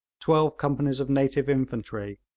twelve companies of native infantry,